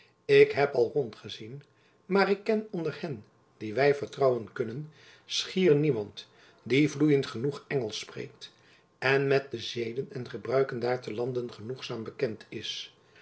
ik heb al rondgezien maar ik ken onder hen die wy vertrouwen kunnen schier niemand die vloeiend genoeg engelsch spreekt en met de zeden en gebruiken daar te lande genoegzaam bekend is